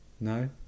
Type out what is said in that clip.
no